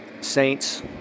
saints